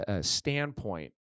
standpoint